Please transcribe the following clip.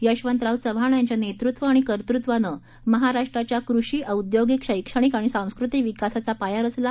यशवंतराव चव्हाण यांच्या नेतृत्व आणि कर्तुत्वानं महाराष्ट्राच्या कृषी औद्योगिक शैक्षणिक आणि सांस्कृतिक विकासाचा पाया रचला